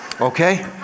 okay